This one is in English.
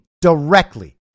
directly